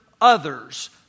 others